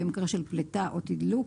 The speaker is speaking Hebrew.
במקרה של פליטה או תדלוק